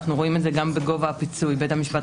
אנו רואים את זה גם בגובה הפיצוי בית משפט